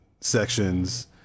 sections